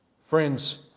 Friends